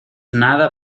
nada